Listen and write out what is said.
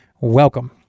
welcome